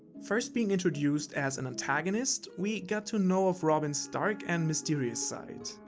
first being introduced as an antagonist, we got to know of robin's dark and mysterious side.